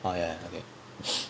ah ya ya